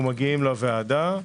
אנו מגיעים לוועדה,